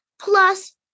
plus